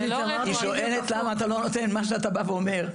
היא שואלת למה אתה לא נותן מה שאתה אומר,